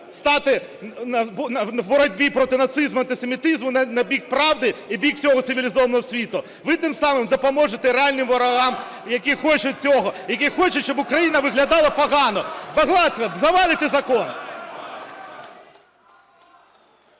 стати в боротьбі проти нацизму та антисемітизму на бій правди і бік всього цивілізованого світу. Ви тим самим допоможете реальним ворогам, які хочуть цього, які хочуть, щоб Україна виглядала погано. … (Не чути) завалите закон.